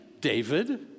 David